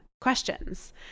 questions